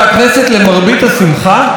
למרבית השמחה,